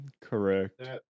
Correct